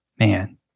Man